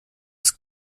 das